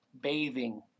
bathing